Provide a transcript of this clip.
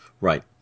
Right